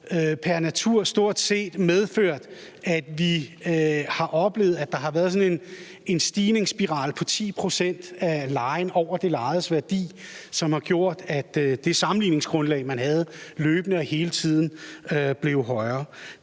pr. natur stort set medført, at vi har oplevet, at der har været sådan en stigningsspiral på 10 pct. af lejen over det lejedes værdi, som har gjort, at det sammenligningsgrundlag, man havde, løbende og hele tiden blev højere.